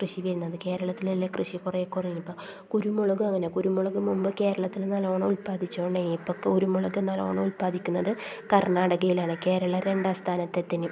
കൃഷി ചെയ്യുന്നത് കേരളത്തിലല്ലേ കൃഷി കുറേ കൂടെ എളുപ്പം കുരുമുളകും അങ്ങനെ കുരുമുളക് മുമ്പ് കേരളത്തിലു നല്ലവണ്ണം ഉൽപാദിച്ച് കൊണ്ടേയിപ്പം കുരുമുളക് നല്ലവണ്ണം ഉൽപാദിക്കുന്നത് കർണ്ണാടകയിലാണ് കേരളം രണ്ടാം സ്ഥാനത്ത് എത്തിനി